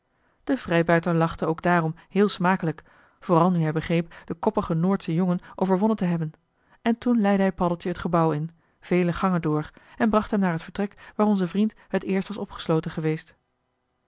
de vrijbuiter lachte ook daarom heel smakelijk vooral nu hij begreep den koppigen noordschen jongen overwonnen te hebben en toen leidde hij paddeltje joh h been paddeltje de scheepsjongen van michiel de ruijter het gebouw in vele gangen door en bracht hem naar het vertrek waar onze vriend het eerst was opgesloten geweest